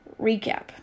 Recap